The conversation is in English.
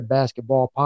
Basketball